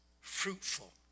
fruitful